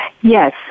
Yes